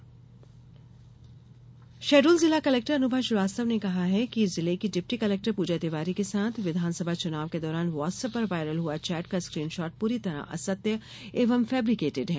collector Shahdol Shahdol जिला collector Anubha Shrivastava ने कहा है कि जिले की डिप्टी कलेक्टर प्रजा तिवारी के साथ विधानसभा चुनाव के दौरान वाट्सअप पर वायरल हुआ चैट का स्क्रीन शाट पूरी तरह असत्य एवं फैब्रिकेटेड है